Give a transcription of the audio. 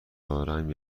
دارم